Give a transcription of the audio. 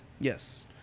yes